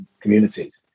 communities